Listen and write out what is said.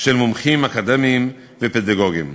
של מומחים אקדמיים ופדגוגיים.